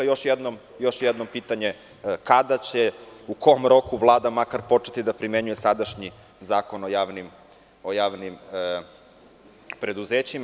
Još jedno pitanje – kada će u kom roku Vlada makar početi da primenjuje sadašnji Zakon o javnim preduzećima?